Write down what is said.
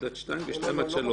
2-1 ו-3-2.